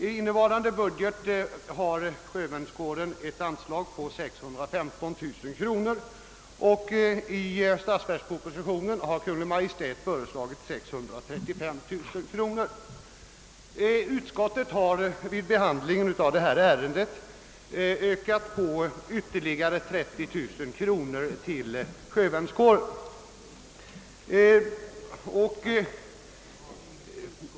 I innevarande års budget har sjövärnskåren ett anslag på 615 000 kronor, och i statsverkspropositionen har Kungl. Maj:t föreslagit 635 000 kronor. Utskottet har vid behandlingen av detta ärende föreslagit att anslaget skulle ökas med ytterligare 30 000 kronor.